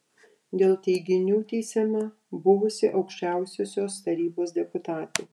dėl teiginių teisiama buvusi aukščiausiosios tarybos deputatė